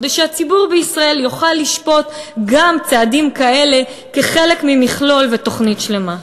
כדי שהציבור בישראל יוכל לשפוט גם צעדים כאלה כחלק ממכלול בתוכנית שלמה.